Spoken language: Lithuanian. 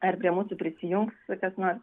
ar prie mūsų prisijungs kas nors